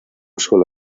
solo